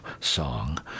song